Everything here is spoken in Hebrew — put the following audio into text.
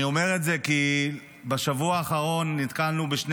אני אומר את זה כי בשבוע האחרון נתקלנו בשני